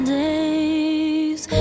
days